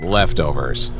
leftovers